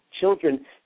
children